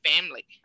family